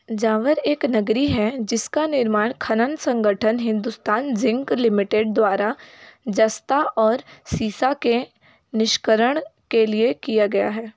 जावर एक नगरी है जिसका निर्माण खनन संगठन हिंदुस्तान जिंक लिमिटेड द्वारा जस्ता और शीशे के निष्करण के लिए किया गया है